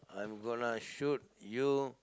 I'm gonna shoot you